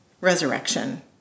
resurrection